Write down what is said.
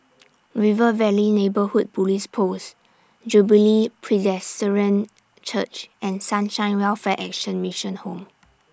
River Valley Neighbourhood Police Post Jubilee Presbyterian Church and Sunshine Welfare Action Mission Home